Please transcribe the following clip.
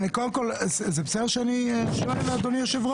זה בסדר שאני שואל, אדוני היושב-ראש?